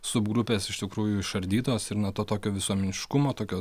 subgrupės iš tikrųjų išardytos ir na to tokio visuomeniškumo tokio